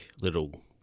little